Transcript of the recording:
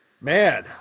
Man